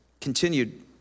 continued